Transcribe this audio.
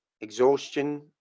exhaustion